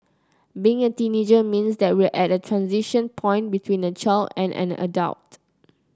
being a teenager means that we're at a transition point between a child and an adult